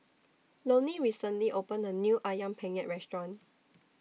Lonny recently opened A New Ayam Penyet Restaurant